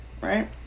right